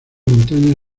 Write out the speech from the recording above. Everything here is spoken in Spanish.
montaña